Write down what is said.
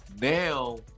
now